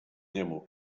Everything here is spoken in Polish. niemu